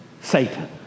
Satan